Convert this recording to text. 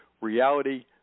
Reality